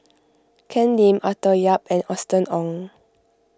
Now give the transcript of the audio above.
Ken Lim Arthur Yap and Austen Ong